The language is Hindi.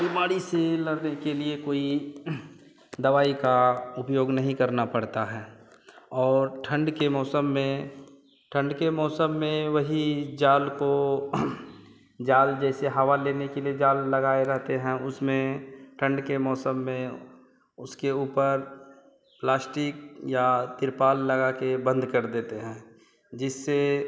बीमारी से लड़ने के लिए कोई दवाई का उपयोग नहीं करना पड़ता है और ठंड के मौसम में ठंड के मौसम में वही जाल को जाल जैसे हवा लेने के लिए जाल लगाए रहते हैं उसमें ठंड के मौसम में उसके ऊपर प्लास्टिक या तिरपाल लगाकर बंद कर देते हैं जिससे